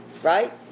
Right